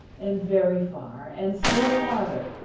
and very far, and still farther,